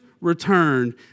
returned